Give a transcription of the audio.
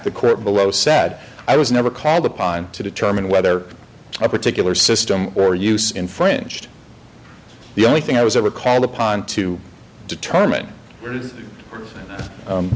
the court below said i was never called upon to determine whether a particular system or use infringed the only thing i was ever called upon to determine